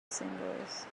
singers